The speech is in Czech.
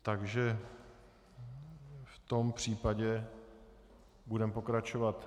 Takže v tom případě budeme pokračovat.